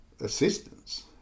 assistance